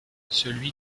celui